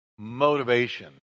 motivation